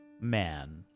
man